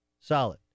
Solid